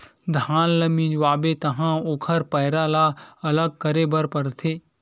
धान ल मिंजवाबे तहाँ ओखर पैरा ल अलग करे बर परथे